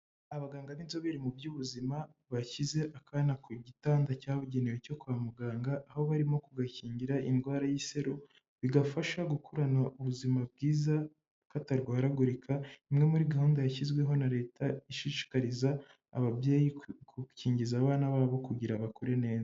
Abaganga b'inzobere mu by'ubuzima bashyize akana ku gitanda cyabugenewe cyo kwa muganga, aho barimo kugakingira indwara y'iseru bigafasha gukorana ubuzima bwiza ka batarwaragurika, imwe muri gahunda yashyizweho na leta ishishikariza ababyeyi gukingiza abana babo kugira bakure neza.